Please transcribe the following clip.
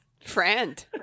friend